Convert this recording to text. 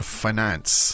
finance